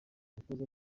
umutoza